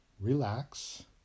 relax